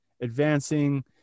advancing